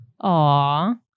Aw